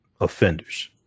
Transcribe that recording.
offenders